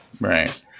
Right